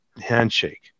handshake